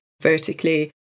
vertically